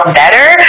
better